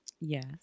Yes